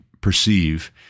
perceive